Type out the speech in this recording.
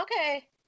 Okay